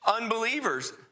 unbelievers